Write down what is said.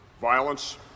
Violence